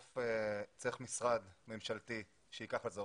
שבסוף צריך משרד ממשלתי שייקח את זה.